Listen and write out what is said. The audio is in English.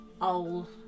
Old